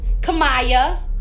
Kamaya